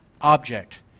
object